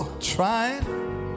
Trying